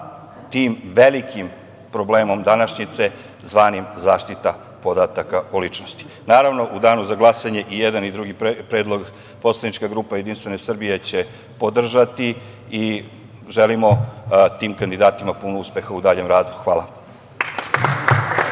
tim velikim problemom današnjice zvanim zaštita podataka o ličnosti. Naravno, u danu za glasanje, i jedan i drugi predlog, poslanička grupa JS će podržati i želimo tim kandidatima puno uspeha u daljem radu. Hvala.